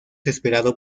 esperado